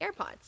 AirPods